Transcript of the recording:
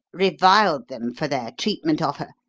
reviled them for their treatment of her,